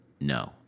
No